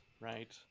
right